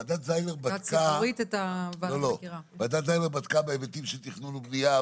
ועדת זיילר בדקה בהיבטים של תכנון ובנייה,